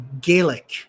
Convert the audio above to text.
Gaelic